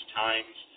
times